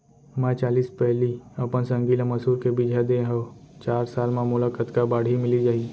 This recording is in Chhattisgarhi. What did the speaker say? मैं चालीस पैली अपन संगी ल मसूर के बीजहा दे हव चार साल म मोला कतका बाड़ही मिलिस जाही?